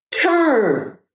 turn